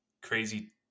crazy